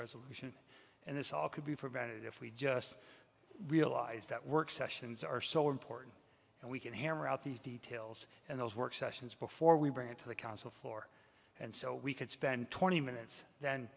resolution and this all could be prevented if we just realize that work sessions are so important and we can hammer out these details and those work sessions before we bring it to the council floor and so we could spend twenty minutes then